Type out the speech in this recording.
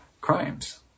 crimes